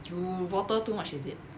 you water too much is it